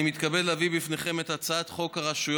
אני מתכבד להביא לפניכם את הצעת חוק הרשויות